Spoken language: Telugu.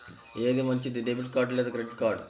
ఏది మంచిది, డెబిట్ కార్డ్ లేదా క్రెడిట్ కార్డ్?